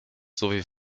sowie